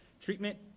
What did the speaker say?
Treatment